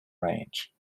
range